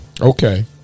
Okay